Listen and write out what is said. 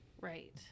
Right